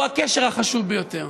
הוא הקשר החשוב ביותר.